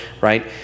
right